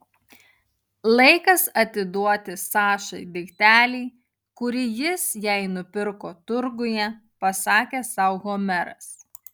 laikas atiduoti sašai daiktelį kurį jis jai nupirko turguje pasakė sau homeras